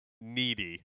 needy